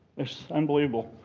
it's unbelievable.